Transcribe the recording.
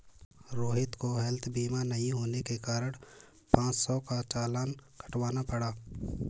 रोहित को हैल्थ बीमा नहीं होने के कारण पाँच सौ का चालान कटवाना पड़ा